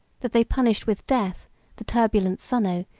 that they punished with death the turbulent sunno,